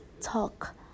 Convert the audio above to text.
talk